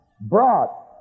brought